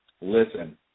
listen